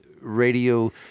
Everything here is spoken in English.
radio